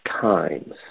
times